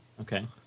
Okay